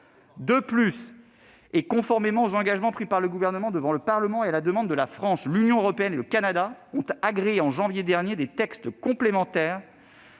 De plus, conformément aux engagements pris par le Gouvernement devant le Parlement et à la demande de la France, l'Union européenne et le Canada ont agréé, en janvier dernier, des textes complémentaires